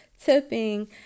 tipping